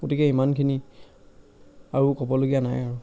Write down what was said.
গতিকে ইমানখিনি আৰু ক'বলগীয়া নাই আৰু